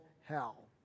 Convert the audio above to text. hell